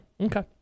Okay